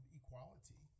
equality